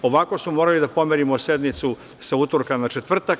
Ovako smo morali da pomerimo sednicu sa utorka na četvrtak.